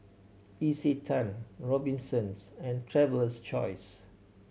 Isetan Robinsons and Traveler's Choice